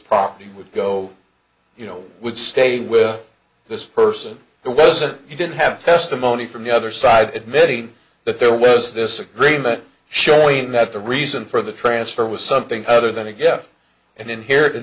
property would go you know would stay with this person and wasn't he didn't have testimony from the other side admitting that there was this agreement showing that the reason for the transfer was something other than a gift and inherit in